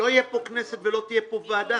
לא תהיה כאן כנסת ולא תהיה כאן ועדה.